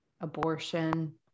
abortion